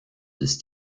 ist